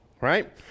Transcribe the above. right